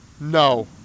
No